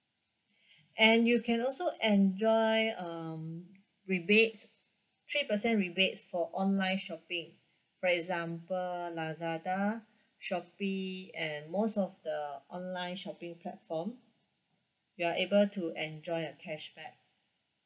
and you can also enjoy um rebates three percent rebates for online shopping for example lazada shopee and most of the online shopping platform you are able to enjoy a cashback